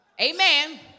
Amen